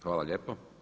Hvala lijepo.